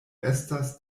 estas